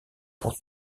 pour